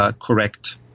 correct